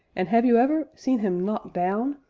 and have you ever seen him knocked down?